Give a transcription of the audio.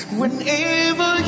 whenever